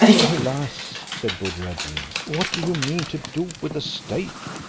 alas! said buddir ad deen, what do you mean to do with a stake?